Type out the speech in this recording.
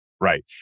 Right